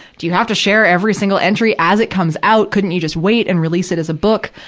do you have to share every single entry as it comes out? couldn't you just wait and release it as a book?